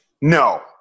No